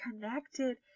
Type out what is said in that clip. connected